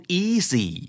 easy